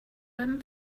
room